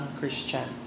Christian